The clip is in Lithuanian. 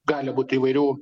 gali būt įvairių